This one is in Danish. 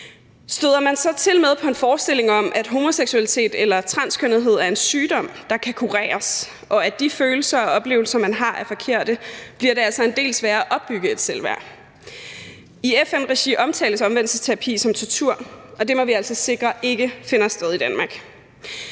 Støder man så tilmed på en forestilling om, at homoseksualitet eller transkønnethed er en sygdom, der kan kureres, og at de følelser og oplevelser, man har, er forkerte, bliver det altså en del sværere at opbygge et selvværd. I FN-regi omtales omvendelsesterapi som tortur, og det må vi altså sikre ikke finder sted i Danmark.